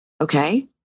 Okay